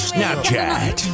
Snapchat